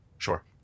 sure